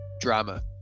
drama